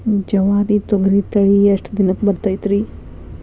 ಜವಾರಿ ತೊಗರಿ ತಳಿ ಎಷ್ಟ ದಿನಕ್ಕ ಬರತೈತ್ರಿ?